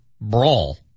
brawl